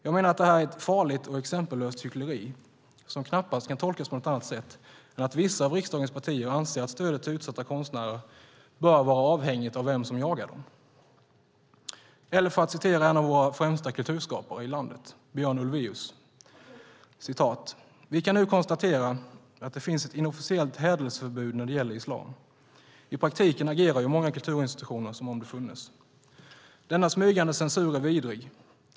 Jag menar att detta är ett farligt och exempellöst hyckleri som knappast kan tolkas på något annat sätt än att vissa av riksdagens partier anser att stödet till utsatta konstnärer bör vara avhängigt av vem som jagar dem - eller för att citera en av våra främsta kulturskapare, Björn Ulvaeus: "Vi kan nu konstatera att det finns ett inofficiellt hädelseförbud när det gäller islam, i praktiken agerar ju många kulturinstitutioner som om det funnes. Denna smygande censur är vidrig.